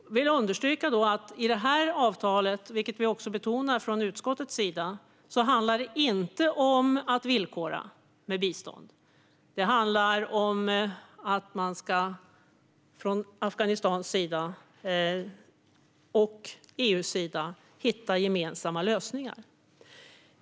Jag vill understryka att i det här avtalet, vilket också utskottet betonar, handlar det inte om att villkora bistånd, utan det handlar om att Afghanistan och EU ska hitta gemensamma lösningar.